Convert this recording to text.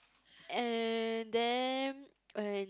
and then and